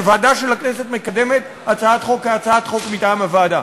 שוועדה של הכנסת מקדמת הצעת חוק כהצעת חוק מטעם הוועדה.